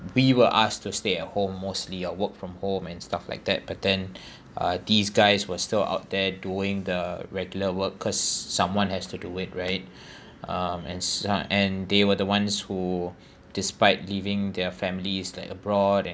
we were asked to stay at home mostly or work from home and stuff like that but then uh these guys were still out there doing the regular work cause someone has to do it right um and some and they were the ones who despite leaving their families like abroad and